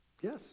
Yes